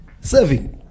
serving